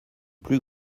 plus